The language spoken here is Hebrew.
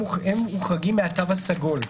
הם מוחרגים מהתו הסגול.